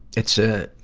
it's a,